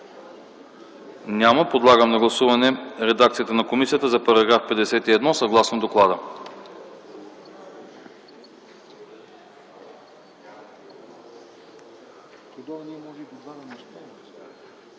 Няма. Подлагам на гласуване редакцията на комисията за § 51, съгласно доклада.